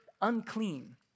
unclean